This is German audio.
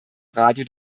radio